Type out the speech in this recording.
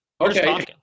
Okay